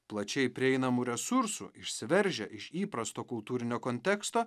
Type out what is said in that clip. plačiai prieinamų resursų išsiveržę iš įprasto kultūrinio konteksto